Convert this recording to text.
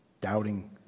Doubting